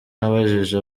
nabajije